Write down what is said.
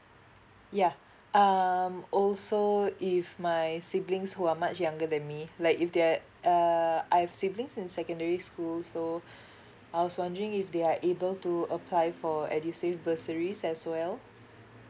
yeah um also if my siblings who are much younger than me like if they're uh I've siblings in secondary school so I was wondering if they are able to apply for edusave bursaries as well